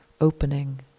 opening